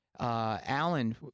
Alan